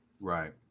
Right